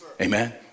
Amen